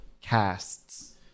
casts